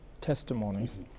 testimonies